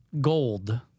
Gold